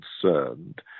concerned